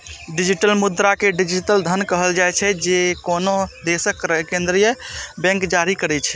digital मुद्रा कें digital धन कहल जाइ छै, जे कोनो देशक केंद्रीय बैंक जारी करै छै